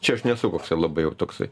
čia aš nesu koksai labai jau toksai